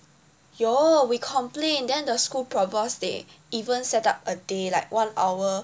有 we complain then the school propose they even set up a day like one hour